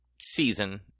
season